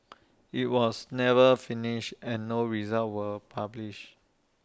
IT was never finished and no results were published